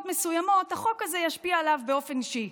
מסוימות החוק הזה ישפיע עליו באופן אישי.